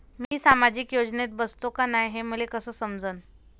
मी सामाजिक योजनेत बसतो का नाय, हे मले कस समजन?